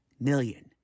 million